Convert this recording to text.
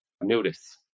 notice